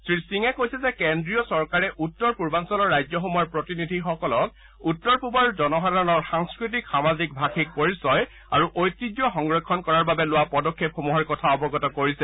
শ্ৰী সিঙে কৈছে যে কেন্দ্ৰীয় চৰকাৰে উত্তৰ পূৰ্বাঞ্চলৰ ৰাজ্যসমূহৰ প্ৰতিনিধিসকলক উত্তৰ পুবৰ জনসাধাৰণৰ সাংস্কৃতিক সামাজিক ভাযিক পৰিচয় আৰু ঐতিহ্য সংৰক্ষণ কৰাৰ বাবে লোৱা পদক্ষেপসমূহৰ কথা অৱগত কৰিছে